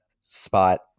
spot